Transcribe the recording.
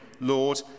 Lord